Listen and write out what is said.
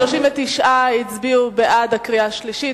39 הצביעו בעד הקריאה השלישית,